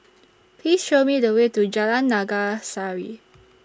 Please Show Me The Way to Jalan Naga Sari